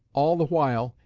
all the while,